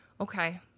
Okay